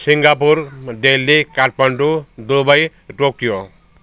Singapore Delhi Kathmandu Dubai Tokyo